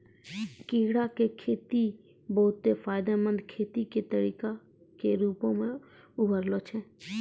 कीड़ा के खेती बहुते फायदामंद खेती के तरिका के रुपो मे उभरलो छै